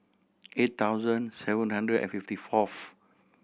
eight thousand seven hundred and fifty fourth